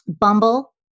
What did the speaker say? Bumble